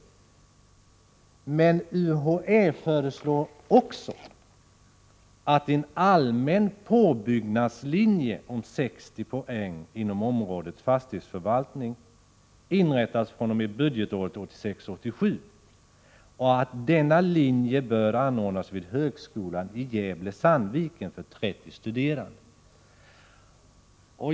Men UHÄ föreslår också att en allmän påbyggnadslinje om 60 poäng inom området fastighetsförvaltning inrättas fr.o.m. budgetåret 1986/87 och att denna linje bör anordnas vid högskolan i Gävle-Sandviken för 30 studerande.